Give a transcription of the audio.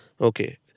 Okay